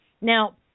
Now